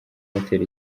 hotel